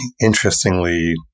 interestingly